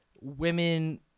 women